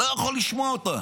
לא יכול לשמוע אותה.